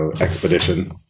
expedition